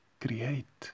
Create